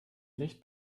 licht